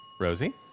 Rosie